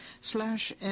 slash